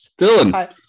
Dylan